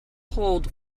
hold